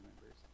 members